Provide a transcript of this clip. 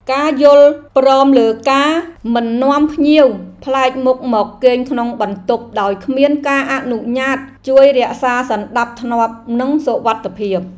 ការយល់ព្រមលើការមិននាំភ្ញៀវប្លែកមុខមកគេងក្នុងបន្ទប់ដោយគ្មានការអនុញ្ញាតជួយរក្សាសណ្តាប់ធ្នាប់និងសុវត្ថិភាព។